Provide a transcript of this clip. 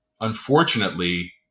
unfortunately